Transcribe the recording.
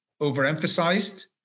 overemphasized